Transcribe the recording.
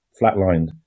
flatlined